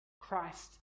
Christ